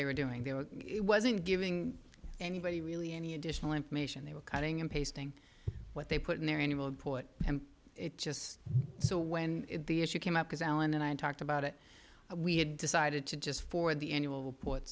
they were doing they were it wasn't giving anybody really any additional information they were cutting and pasting what they put in their annual report and it just so when the issue came up because alan and i talked about it we had decided to just for the annual report